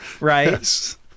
right